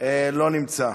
לא נמצא.